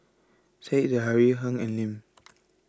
Said Zahari Heng and Lim